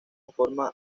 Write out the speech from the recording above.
forma